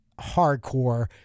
hardcore